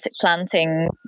planting